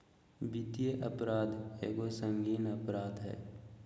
वित्तीय अपराध एगो संगीन अपराध हइ